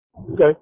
Okay